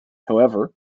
however